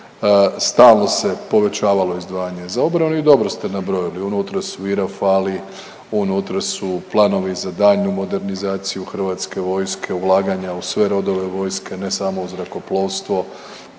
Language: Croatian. stalno se povećavali izdvajanje za obranu i dobro ste nabrojali, unutra su i Rafali, unutra su planovi za daljnju modernizaciju hrvatske vojske, ulaganja u sve rodove vojske ne samo u zrakoplovstvo,